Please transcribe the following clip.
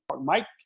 Mike